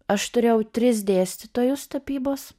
aš turėjau tris dėstytojus tapybos